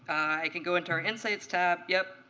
i can go into our insights tab yep,